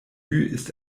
ist